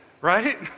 Right